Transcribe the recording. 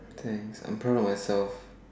thanks I am proud of myself